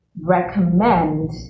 recommend